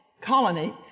colony